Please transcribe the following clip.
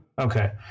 okay